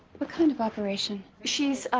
what kind of operation she's